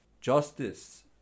justice